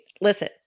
listen